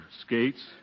Skates